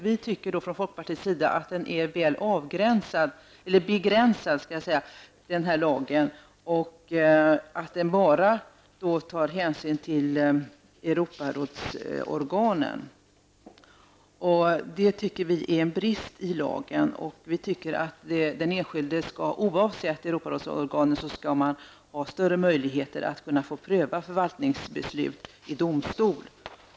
Vi tycker från folkpartiets sida att lagen är begränsad och att hänsyn bara tas till Europarådsorganen. Det tycker vi är en brist i lagen. Vi menar att den enskilde, oavsett Europarådsorgan, skall ha större möjligheter att få förvaltningsbeslut prövade i domstol.